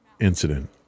incident